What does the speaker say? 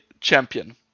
champion